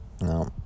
No